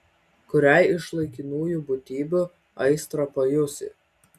kuriai iš laikinųjų būtybių aistrą pajusi